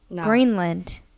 greenland